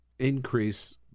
Increase